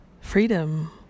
freedom